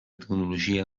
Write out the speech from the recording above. tecnologia